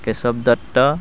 Keshab Dutta